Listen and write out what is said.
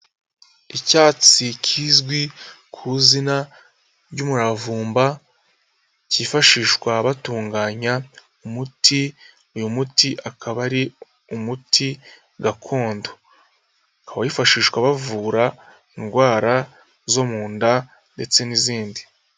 Icyatsi kizwi ku zina ry'umuravumba, cyifashishwa batunganya umuti, uyu muti akaba ari umuti gakondo, ukaba wifashishwa bavura indwara zo mu nda ndetse n'izindi.